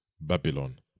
Babylon